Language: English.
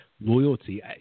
loyalty